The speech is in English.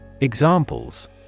Examples